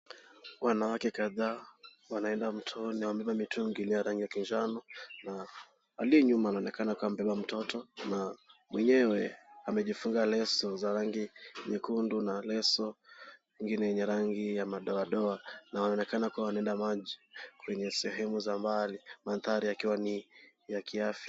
Wanawake kadhaa wanaenda mtoni wamebeba mitungi iliyo rangi ya kinjano na aliye nyuma anaonekana kama amebeba mtoto na mwenyenwe amejifunga leso za rangi nyekundu na leso ingine yenye rangi ya madoadoa. Inaonekana kuwa wanaenda maji kwenye sehemu za mbali, mandhari yakiwa ni ya kiafya.